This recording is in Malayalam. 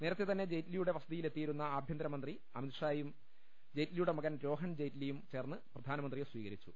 നേരത്തെ തന്നെ ജെയ്റ്റ്ലിയുടെ വസതിയിലെത്തിയിരുന്ന ആഭ്യന്തരമന്ത്രി അമിത്ഷായും ജെയ്റ്റ്ലിയുടെ മകൻ രോഹൺ ജെയ്റ്റ്ലിയും ചേർന്ന് പ്രധാനമന്ത്രിയെ സ്വീകരിച്ചു